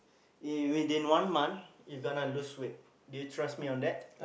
in within one month you gonna lose weight do you trust me on that